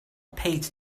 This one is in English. paid